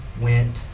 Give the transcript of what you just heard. went